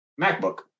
MacBook